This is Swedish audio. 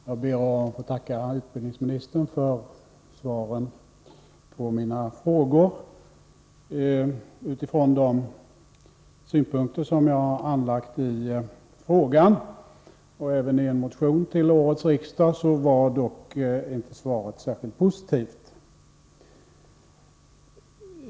Herr talman! Jag ber att få tacka utbildningsministern för svaret på min fråga. Med tanke på de synpunkter som jag i frågan — och även i en motion till detta riksmöte — har anlagt på de nya reglerna var dock inte svaret särskilt positivt.